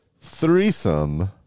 Threesome